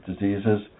diseases